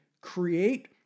create